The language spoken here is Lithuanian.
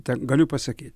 tegaliu pasakyt